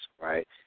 right